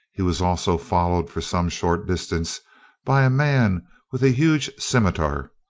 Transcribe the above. he was also followed for some short distance by a man with a huge scimitar,